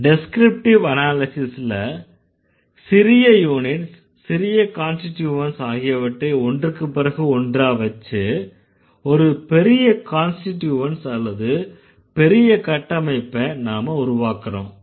descriptive அனாலிஸிஸ்ல சிறிய units சிறிய கான்ஸ்டிட்யூவன்ட்ஸ் ஆகியவற்றை ஒன்றுக்கு பிறகு ஒன்றா வெச்சு ஒரு பெரிய கான்ஸ்டிட்யூவன்ட்ஸ் அல்லது பெரிய கட்டமைப்ப நாம உருவாக்கறோம்